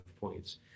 points